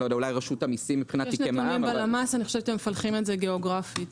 יש נתונים בלמ"ס שמפלחים את זה גיאוגרפית.